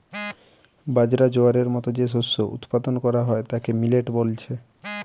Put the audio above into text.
বাজরা, জোয়ারের মতো যে শস্য উৎপাদন কোরা হয় তাকে মিলেট বলছে